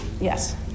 Yes